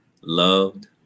loved